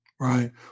Right